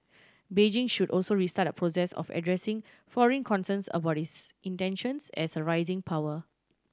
Beijing should also restart a process of addressing foreign concerns about its intentions as a rising power